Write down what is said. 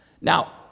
Now